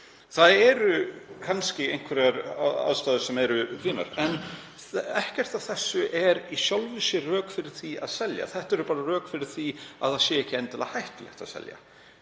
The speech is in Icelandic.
Það eru kannski einhverjar aðstæður sem eru fínar, en ekkert af þessu er í sjálfu sér rök fyrir því að selja. Þetta eru bara rök fyrir því að það sé ekki endilega hættulegt að selja.